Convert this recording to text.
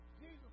Jesus